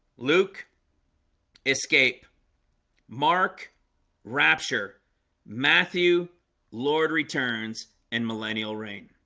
luke escape mark rapture matthew lord returns and millennial reign